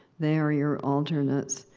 they are your alternates.